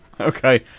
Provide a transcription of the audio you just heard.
okay